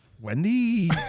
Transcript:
Wendy